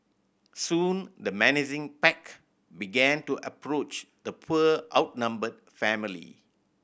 soon the menacing pack began to approach the poor outnumbered family